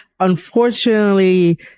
Unfortunately